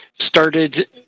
started